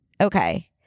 Okay